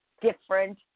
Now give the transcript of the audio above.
different